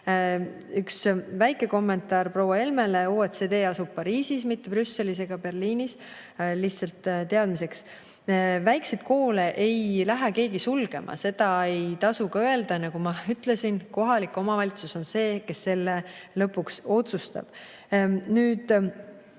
Üks väike kommentaar proua Helmele: OECD asub Pariisis, mitte Brüsselis ega Berliinis. Lihtsalt teadmiseks. Väikseid koole ei lähe keegi sulgema. Seda ei tasu ka öelda. Nagu ma ütlesin, kohalik omavalitsus on see, kes lõpuks otsustab. Nüüd